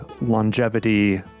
longevity